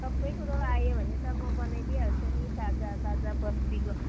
सबै कुरो आयो भने त म बनाइदिइहाल्छु नि ताजा ताजा बस्तीको